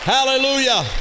Hallelujah